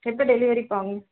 எப்போ டெலிவரி பண்